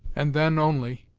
and then only,